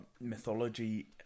mythology